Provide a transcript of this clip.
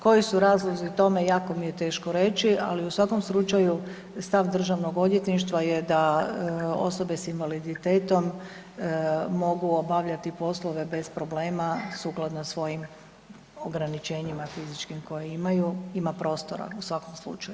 Koji su razlozi tome, jako mi je teško reći ali u svakom slučaju stav Državnog odvjetništva je osobe sa invaliditetom mogu obavljati poslove bez problema sukladno svojim ograničenja fizičkim koje imaju, ima prostora u svakom slučaju.